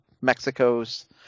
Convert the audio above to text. Mexico's